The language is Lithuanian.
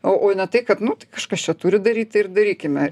o o ne tai kad nu tai kažkas čia turi daryt tai ir darykime